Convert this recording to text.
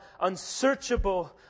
unsearchable